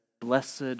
blessed